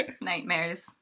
Nightmares